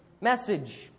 message